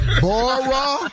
Bora